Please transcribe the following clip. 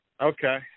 Okay